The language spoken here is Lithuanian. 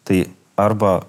tai arba